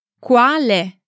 Quale